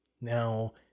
Now